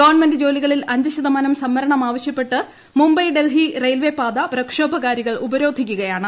government ജോലികളിൽ അഞ്ച് ശതമാനം സംവരണം ആവശ്യപ്പെട്ട് മുംബൈ ഡൽഹി റയിൽവെപാത പ്രക്ഷോഭകാരികൾ ഉപരോധിക്കുകയാണ്